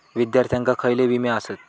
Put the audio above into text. विद्यार्थ्यांका खयले विमे आसत?